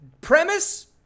Premise